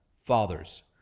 Fathers